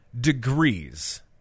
degrees